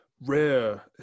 rare